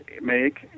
make